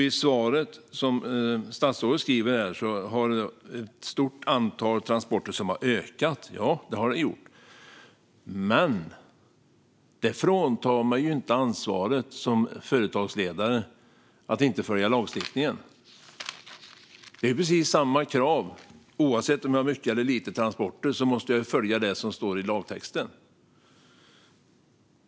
I svaret säger statsrådet att det är ett stort antal transporter och att transporterna har ökat. Ja, det har de gjort. Men det fråntar ingen företagsledare ansvaret att följa lagstiftningen. Det är precis samma krav oavsett om man har mycket eller lite transporter; man måste följa det som står i lagtexten.